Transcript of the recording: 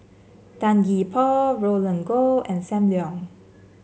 Tan Gee Paw Roland Goh and Sam Leong